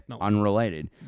unrelated